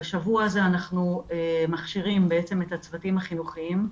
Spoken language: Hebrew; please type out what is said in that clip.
בשבוע הזה אנחנו מכשירים את הצוותים החינוכיים,